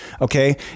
Okay